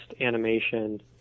animation